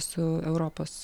su europos